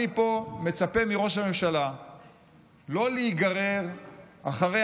אני מצפה מראש הממשלה לא להיגרר אחרי